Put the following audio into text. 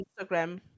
Instagram